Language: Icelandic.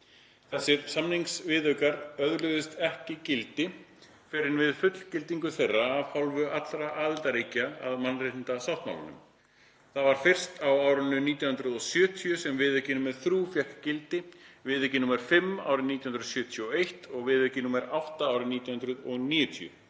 Þessir samningsviðaukar öðluðust ekki gildi fyrr en við fullgildingu þeirra af hálfu allra aðildarríkja að mannréttindasáttmálanum. Það var fyrst á árinu 1970 sem viðauki nr. 3 fékk gildi, viðauki nr. 5 árið 1971 og viðauki nr. 8 árið 1990.